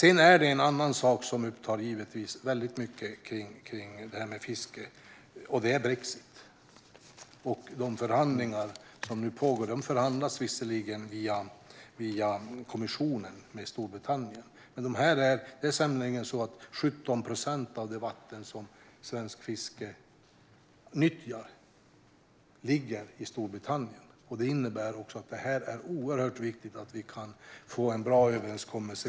En annan fråga runt fisket som upptar oss mycket är givetvis brexit och de förhandlingar som nu pågår mellan kommissionen och Storbritannien. Sedan länge hör 17 procent av det vatten som svenskt fiske nyttjar till Storbritannien. Därför är det mycket viktigt att vi kan få en bra överenskommelse.